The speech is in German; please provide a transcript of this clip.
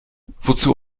wozu